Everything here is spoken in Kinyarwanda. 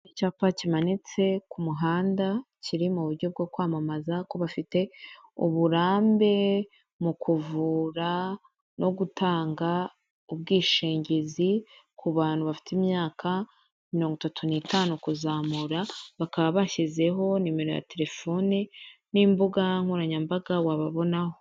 Icyapa kimanitse ku muhanda kiri mu buryo bwo kwamamaza ku bafite uburambe mu kuvura no gutanga ubwishingizi ku bantu bafite imyaka mirongo itatu n'itanu kuzamura, bakaba bashyizeho nimero ya telefoni n'imbuga nkoranyambaga wababonaho.